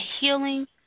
healing